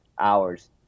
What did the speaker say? hours